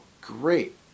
great